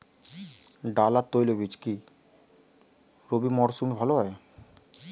ডাল আর তৈলবীজ কি রবি মরশুমে ভালো হয়?